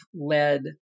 led